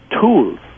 tools